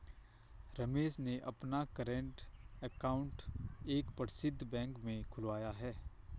रमेश ने अपना current account एक प्रसिद्ध बैंक में खुलवाया है